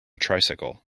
tricycle